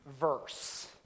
verse